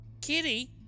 Kitty